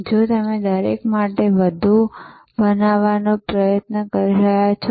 જો તમે દરેક માટે બધું બનવાનો પ્રયાસ કરી રહ્યાં છો